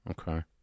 Okay